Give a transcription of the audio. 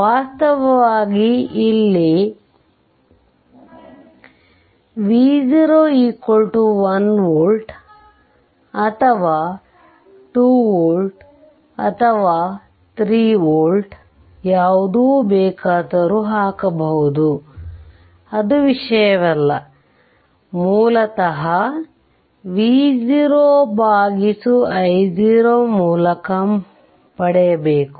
ವಾಸ್ತವವಾಗಿ ಇಲ್ಲಿ V0 1 volt ಅಥವಾ 2 ವೋಲ್ಟ್ 3 ವೋಲ್ಟ್ ಯಾವುದು ಬೇಕಾದರೂ ಹಾಕಬಹುದು ಅದು ವಿಷಯವಲ್ಲ ಮೂಲತಃ V0 i0 ಮೂಲಕ ಪಡೆಯಬೇಕು